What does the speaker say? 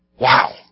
Wow